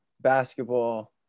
basketball